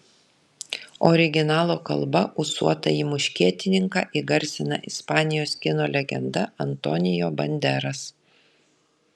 originalo kalba ūsuotąjį muškietininką įgarsina ispanijos kino legenda antonio banderas